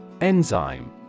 Enzyme